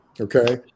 Okay